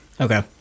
Okay